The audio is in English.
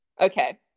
Okay